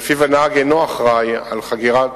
שלפיו הנהג אינו אחראי לחגירת